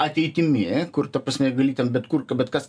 ateitimi kur ta prasme gali bet kur bet kas